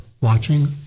watching